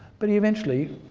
but he eventually,